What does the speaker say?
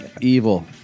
evil